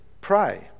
pray